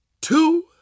two